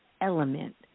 element